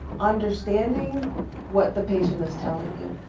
understanding what the patient is telling you.